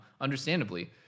understandably